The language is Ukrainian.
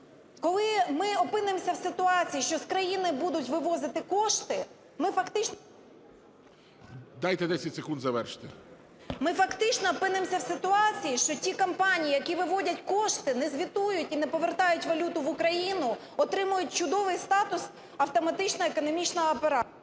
Коли ми опинимося в ситуації, що з країни будуть вивозити кошти, ми фактично… ГОЛОВУЮЧИЙ. Дайте 10 секунд завершити. БЄЛЬКОВА О.В. Ми, фактично, опинимося в ситуації, що ті компанії, які виводять кошти, не звітують і не повертають валюту в Україну, отримують судовий статус автоматичного економічного оператора.